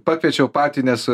pakviečiau patį nes